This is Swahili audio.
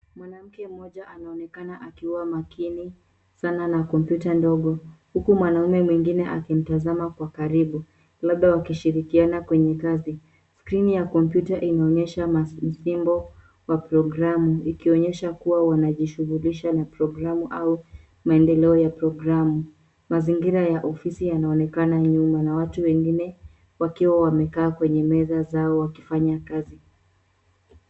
Mwanamke mmoja anaonekana akiwa makini sana na kompyuta ndogo, huku mwanamume mwingine akimtazama Kwa karibu, labda wakishirikiana kwenye kazi. Skrini ya kompyuta inaonyesha msimbo wa programu, ikionyesha kuwa wanajishughulisha na programu au maendeleo ya programu. Mazingira ya ofisi yanaonekana nyuma na watu wengine wakiwa wamekaa kwenye meza zao wakifanya kazi.